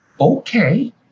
okay